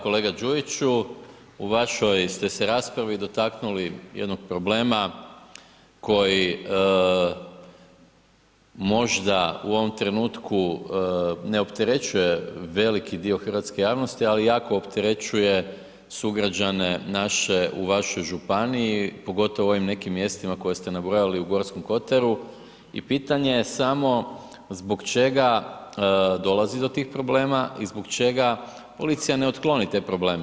Kolega Đujiću, u vašoj ste se raspravi dotaknuli jednog problema koji možda u ovom trenutku ne opterećuje veliki dio hrvatske javnosti ali jako opterećuje sugrađane naše u vašoj županiji, pogotovo u ovim nekim mjestima koje ste nabrojali u Gorskom kotaru i pitanje je samo zbog čega dolazi do tih problema i zbog čega policija ne otkloni te probleme.